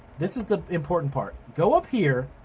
this is the important part. go up here.